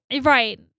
Right